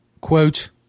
Quote